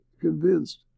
convinced